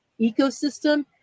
ecosystem